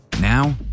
now